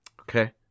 Okay